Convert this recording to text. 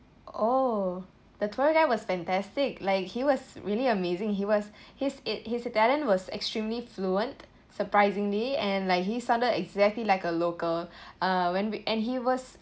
oh the tour guide was fantastic like he was really amazing he was his it his italian was extremely fluent surprisingly and like he sounded exactly like a local uh when we and he was